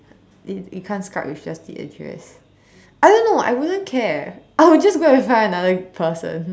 you you can't Skype with just the address I don't know I wouldn't care I would just go and find another person